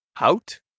out